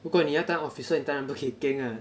不过你要当 officer 你当然不可以 geng lah